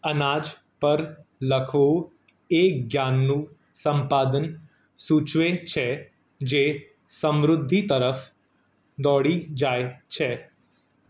અનાજ પર લખવું એ જ્ઞાનનું સંપાદન સૂચવે છે જે સમૃદ્ધિ તરફ દોરી જાય છે